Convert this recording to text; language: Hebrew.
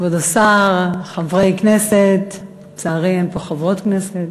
כבוד השר, חברי הכנסת, לצערי, אין פה חברות כנסת,